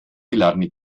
geladene